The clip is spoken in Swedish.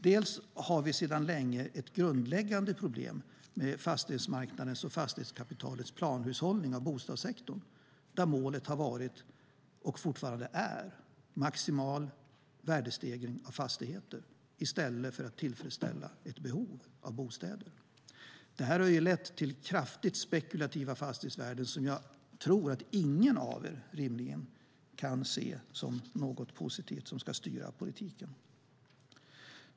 Den första invändningen är att vi sedan länge har ett grundläggande problem med fastighetsmarknadens och fastighetskapitalets planhushållning av bostadssektorn där målet har varit och fortfarande är maximal värdestegring av fastigheter i stället för att tillfredsställa bostadsbehovet. Det har lett till kraftigt spekulativa fastighetsvärden som jag tror att ingen av er rimligen kan se som något positivt och något som ska styra politiken.